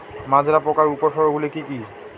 মাজরা পোকার উপসর্গগুলি কি কি?